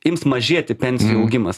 ims mažėti pensijų augimas